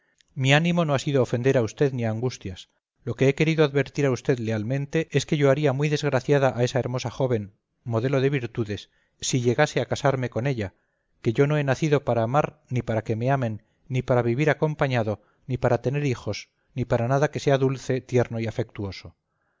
mi ánimo no ha sido ofender a usted ni a angustias lo que he querido advertir a usted lealmente es que yo haría muy desgraciada a esa hermosa joven modelo de virtudes si llegase a casarme con ella que yo no he nacido para amar ni para que me amen ni para vivir acompañado ni para tener hijos ni para nada que sea dulce tierno y afectuoso